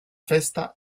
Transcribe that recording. festa